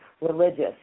religious